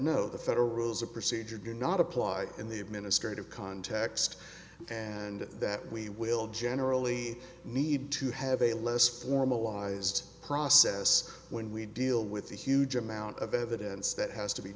the federal rules of procedure cannot apply in the administrative context and that we will generally need to have a less formalized process when we deal with the huge amount of evidence that has to be